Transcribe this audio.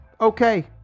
Okay